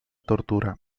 tortura